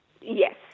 Yes